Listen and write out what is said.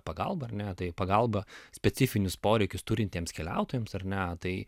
pagalba ar ne tai į pagalbą specifinius poreikius turintiems keliautojams ar ne tai